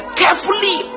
carefully